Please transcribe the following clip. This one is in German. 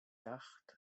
yacht